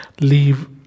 leave